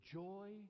joy